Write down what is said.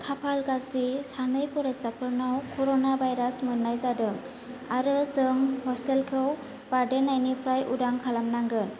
खाफाल गाज्रि सानै फरायसाफोरनाव कर'ना भाइरास मोन्नाय जादों आरो जों हस्टेलखौ बारदेरनायनिफ्राय उदां खालामनांगोन